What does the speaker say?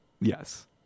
Yes